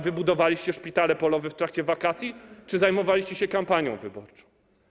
Wybudowaliście szpitale polowe w trakcie wakacji czy zajmowaliście się kampanią wyborcą?